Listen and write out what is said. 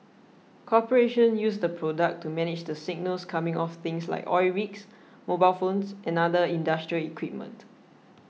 corporations use the product to manage the signals coming off things like oil rigs mobile phones and other industrial equipment